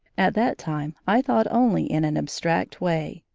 at that time i thought only in an abstract way,